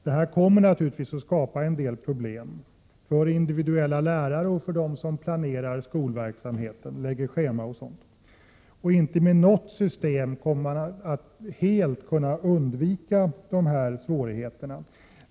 Detta kommer naturligtvis att skapa en del problem för enskilda lärare och för dem som planerar skolverksamheten, bl.a. för schemaläggarna. Inte med något system kommer man att helt kunna undvika dessa svårigheter.